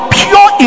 pure